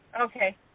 Okay